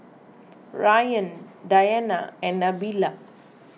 Ryan Dayana and Nabila